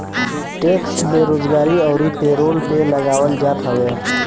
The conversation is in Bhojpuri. टेक्स बेरोजगारी अउरी पेरोल पे लगावल जात हवे